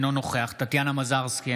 אינו נוכח טטיאנה מזרסקי,